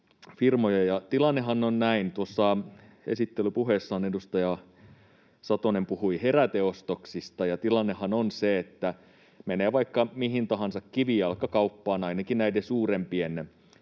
firmojen, ja tuossa esittelypuheessaan edustaja Satonen puhui heräteostoksista, ja tilannehan on se, että jos menee vaikka mihin tahansa kivijalkakauppaan, ainakin näiden suurempien tavaratalojen